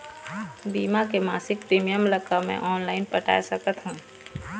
बीमा के मासिक प्रीमियम ला का मैं ऑनलाइन पटाए सकत हो?